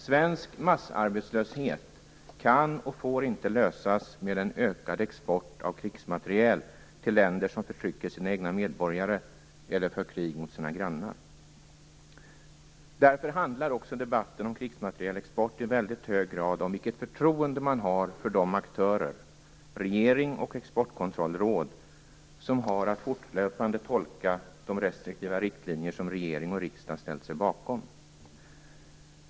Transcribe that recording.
Svensk massarbetslöshet kan och får inte lösas med en ökad export av krigsmateriel till länder som förtrycker sina egna medborgare eller för krig mot sina grannar. Därför handlar också debatten om krigsmaterielexport i väldigt hög grad om vilket förtroende man har för de aktörer - regeringen och Exportkontrollrådet - som har att fortlöpande tolka de restriktiva riktlinjer som regering och riksdag har ställt sig bakom.